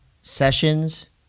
Sessions